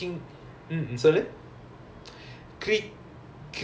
then how's your cricket stuff doing your cricket